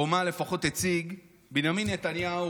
או מה לפחות הציג בנימין נתניהו,